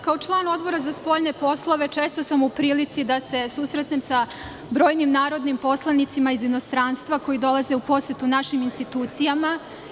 Kao član Odbora za spoljne poslove često sam u prilici da se susretnem sa brojnim narodnim poslanicima iz inostranstva koji dolaze u posetu našim institucijama.